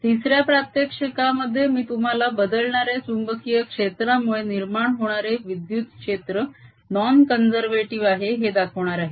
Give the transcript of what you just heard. तिसऱ्या प्रात्यक्षिकामध्ये मी तुम्हाला बदलणाऱ्या चुंबकीय क्षेत्रामुळे निर्माण होणारे विद्युत क्षेत्र नॉन कॉझेर्वेटीव आहे हे दाखवणार आहे